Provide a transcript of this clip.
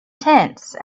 tense